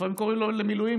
לפעמים קוראים לו למילואים,